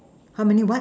how many what